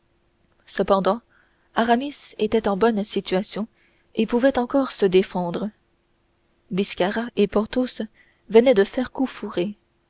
cependant aramis était en bonne situation et pouvait encore se défendre biscarat et porthos venaient de faire coup fourré